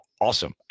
awesome